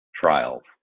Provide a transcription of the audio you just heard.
trials